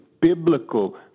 biblical